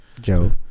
Joe